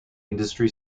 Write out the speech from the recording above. industry